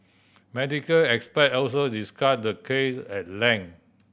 medical expert also discussed the case at length